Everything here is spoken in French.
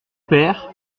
père